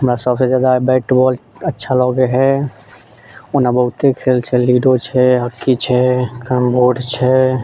हमरा सबसे जादा बैट बॉल अच्छा लगे हय ओना बहुते खेल लूडो छै हॉकी छै कैरम बोर्ड छै